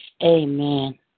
Amen